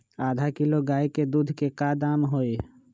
आधा किलो गाय के दूध के का दाम होई?